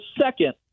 second